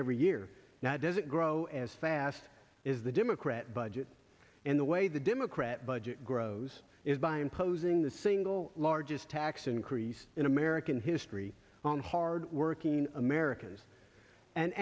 every year now doesn't grow as fast as the democrat budget in the way the democrat budget grows is by imposing the single largest tax increase in american history on hardworking americans an